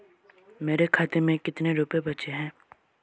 मेरे खाते में कितने रुपये बचे हैं?